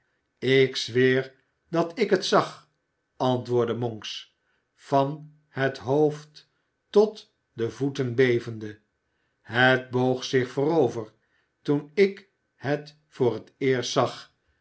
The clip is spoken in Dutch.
ik zweer dat ik het zag antwoordde monks van het hoofd tot de voeten bevende het boog zich voorover toen ik het voor het eerst zag